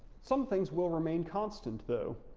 some things will remain constant though,